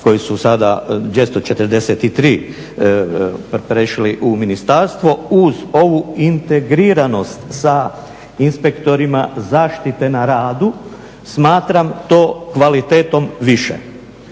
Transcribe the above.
koji su sada 243 prešli u ministarstvo uz ovu integriranost sa inspektorima zaštite na radu smatram to kvalitetom više.